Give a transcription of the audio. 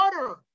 water